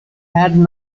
had